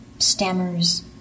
stammers